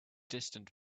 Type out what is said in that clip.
distant